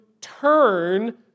turn